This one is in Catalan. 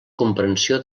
comprensió